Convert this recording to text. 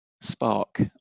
spark